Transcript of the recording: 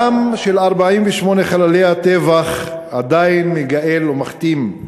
הדם של 48 חללי הטבח עדיין מגאל ומכתים,